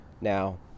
Now